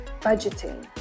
budgeting